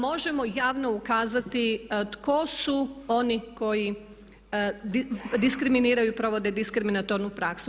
Možemo javno ukazati tko su oni koji diskriminiraju, provode diskriminatornu praksu.